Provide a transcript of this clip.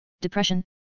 depression